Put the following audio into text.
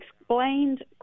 explained